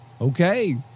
okay